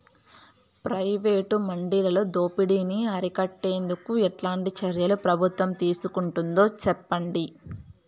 Private మండీలలో దోపిడీ ని అరికట్టేందుకు ఎట్లాంటి చర్యలు ప్రభుత్వం తీసుకుంటుందో చెప్పండి?